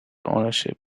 ownership